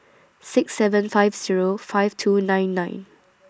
six seven five Zero five two nine nine